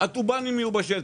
הקובנים יהיו בשטח,